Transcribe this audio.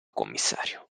commissario